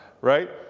right